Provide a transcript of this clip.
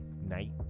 night